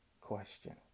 question